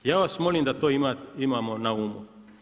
Ja vas molim da to imamo na umu.